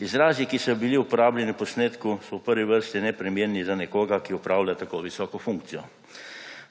Izrazi, ki so bili uporabljeni v posnetku, so v prvi vrsti neprimerni za nekoga, ki opravlja tako visoko funkcijo.